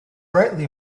rightly